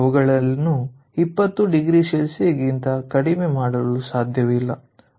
ಅವುಗಳನ್ನು 20oC ಗಿಂತ ಕಡಿಮೆ ಮಾಡಲು ಸಾಧ್ಯವಿಲ್ಲ